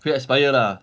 会 expire lah